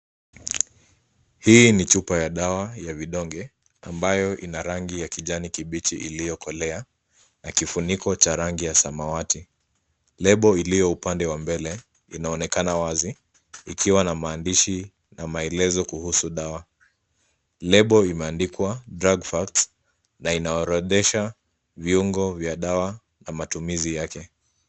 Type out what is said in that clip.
Hii ni chupa ya dawa ya vidonge ambayo ina rangi ya kijani kibichi iliyokolea na kifuniko cha rangi ya samawati. Lebo iliyo upande wa mbele inaonekana wazi ikiwa na maandishi na maelezo kuhusu dawa. Lebo imeandikwa drug facts na inaorodhesha viungo vya dawa na matumizi yake.